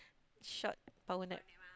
short power nap